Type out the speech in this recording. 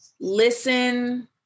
Listen